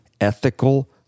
ethical